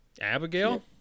Abigail